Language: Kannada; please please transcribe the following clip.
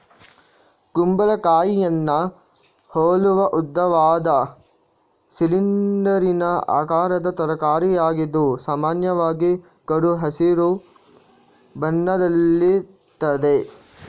ಕುಂಬಳಕಾಯಿಯನ್ನ ಹೋಲುವ ಉದ್ದವಾದ, ಸಿಲಿಂಡರಿನ ಆಕಾರದ ತರಕಾರಿಯಾಗಿದ್ದು ಸಾಮಾನ್ಯವಾಗಿ ಕಡು ಹಸಿರು ಬಣ್ಣದಲ್ಲಿರ್ತದೆ